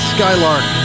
Skylark